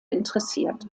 interessiert